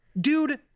dude